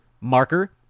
marker